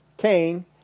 Cain